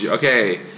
Okay